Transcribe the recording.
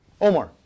Omar